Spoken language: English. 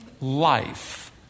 life